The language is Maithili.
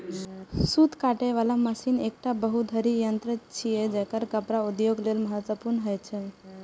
सूत काटे बला मशीन एकटा बहुधुरी यंत्र छियै, जेकर कपड़ा उद्योग लेल महत्वपूर्ण होइ छै